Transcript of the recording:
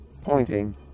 Pointing